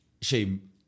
Shame